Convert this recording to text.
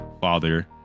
father